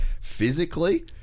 Physically